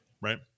right